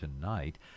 tonight